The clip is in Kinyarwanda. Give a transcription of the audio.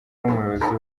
n’umuyobozi